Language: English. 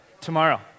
Tomorrow